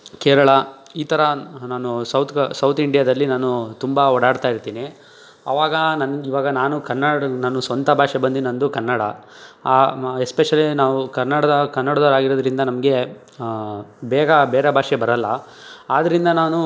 ಕೇರಳ ಈ ಥರ ನಾನು ಸೌತ್ ಕ ಸೌತ್ ಇಂಡ್ಯಾದಲ್ಲಿ ನಾನು ತುಂಬ ಓಡಾಡ್ತಾಯಿರ್ತೀನಿ ಆವಾಗ ನನ್ಗೆ ಇವಾಗ ನಾನು ಕನ್ನಡನ ನಾನು ಸ್ವಂತ ಭಾಷೆ ಬಂದು ನಂದು ಕನ್ನಡ ಮ ಎಸ್ಪೆಷ್ಯಲಿ ನಾವು ಕನ್ನಡದ ಕನ್ನಡ್ದೋರು ಆಗಿರೋದರಿಂದ ನಮಗೆ ಬೇಗ ಬೇರೆ ಭಾಷೆ ಬರಲ್ಲ ಆದ್ದರಿಂದ ನಾನು